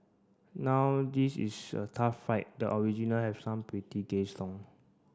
now this is a tough fight the original have some pretty gay song